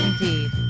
indeed